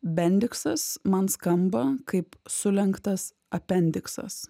bendiksas man skamba kaip sulenktas apendiksas